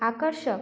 आकर्षक